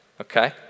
Okay